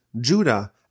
Judah